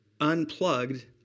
unplugged